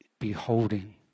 Beholding